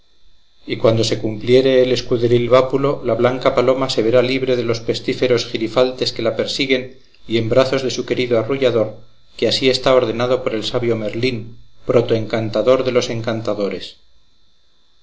y cuando se cumpliere el escuderil vápulo la blanca paloma se verá libre de los pestíferos girifaltes que la persiguen y en brazos de su querido arrullador que así está ordenado por el sabio merlín protoencantador de los encantadores